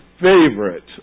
favorite